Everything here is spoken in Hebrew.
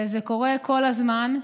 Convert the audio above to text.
זה קורה כל הזמן.